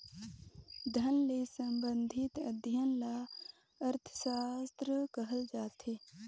धन ले संबंधित अध्ययन ल अर्थसास्त्र कहल जाथे